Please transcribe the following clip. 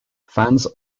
fans